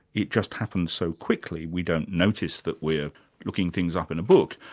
it just happens so quickly we don't notice that we're looking things up in a book,